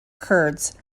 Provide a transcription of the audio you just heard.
kurds